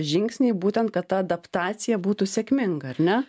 žingsniai būtent kad ta adaptacija būtų sėkminga ar ne